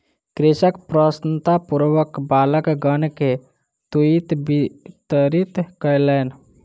कृषक प्रसन्नतापूर्वक बालकगण के तूईत वितरित कयलैन